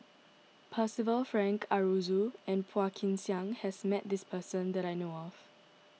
Percival Frank Aroozoo and Phua Kin Siang has met this person that I know of